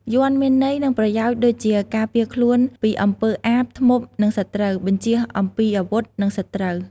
យ័ន្ត មានន័យ និងប្រយោជន៍ដូចជាការពារខ្លួនពីអំពើអាប ធ្មប់ និងសត្រូវ បញ្ជៀសអំពីអាវុធ និងសត្រូវ។